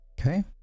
okay